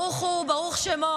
ברוך הוא וברוך שמו